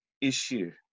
issue